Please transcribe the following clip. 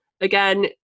Again